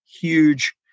huge